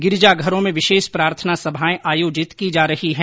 गिरिजाघरों में विशेष प्रार्थना सभाएं आयोजित की जा रही हैं